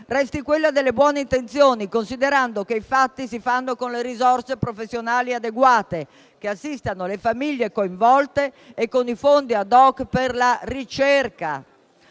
resti quella delle buone intenzioni, considerando che i fatti si fanno con risorse professionali adeguate che assistano le famiglie coinvolte e con fondi *ad hoc* per la ricerca.